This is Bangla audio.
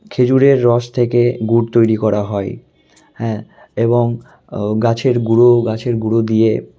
খেজুরের রস থেকে গুড় তৈরি করা হয় হ্যাঁ এবং গাছের গুঁড়ো গাছের গুঁড়ো দিয়ে